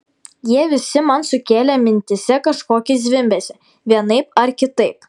jie visi man sukėlė mintyse kažkokį zvimbesį vienaip ar kitaip